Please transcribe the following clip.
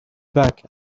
back